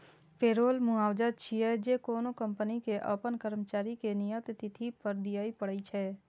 payroll मुआवजा छियै, जे कोनो कंपनी कें अपन कर्मचारी कें नियत तिथि पर दियै पड़ै छै